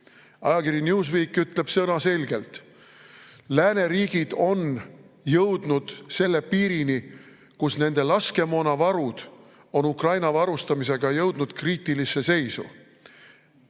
Ajakiri Newsweek ütleb sõnaselgelt: lääneriigid on jõudnud selle piirini, kus nende laskemoonavarud on Ukraina varustamise tõttu jõudnud kriitilisse seisu,